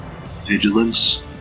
Vigilance